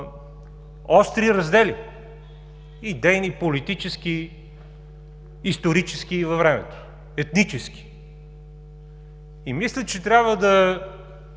остри раздели – идейни, политически, исторически и във времето, етнически, и мисля, че трябва да